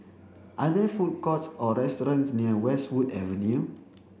are there food courts or restaurants near Westwood Avenue